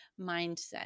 mindset